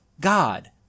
God